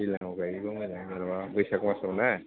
दैलांआव गायोबा मोजां जेनेबा बैसाग मासआव ना